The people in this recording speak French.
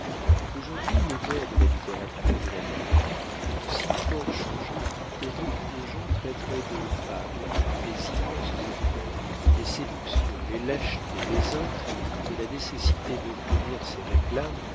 aujourd'hui les mœurs de la littérature et de la librairie ont si fort changé que beaucoup de gens traiteraient de fables les immenses efforts les séductions les lâchetés les intrigues que la nécessité d'obtenir ces réclames